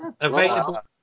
available